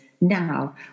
now